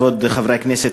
כבוד חברי הכנסת,